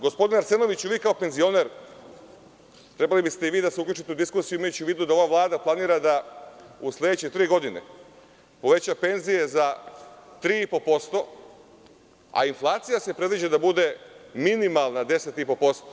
Gospodine Arsenoviću, vi kao penzioner trebali biste da se uključite u ovu diskusiju, imajući u vidu da ova Vlada planira da u sledeće tri godine uveća penzije za 3,5%, a inflacija se predviđa da bude minimalna 10,5%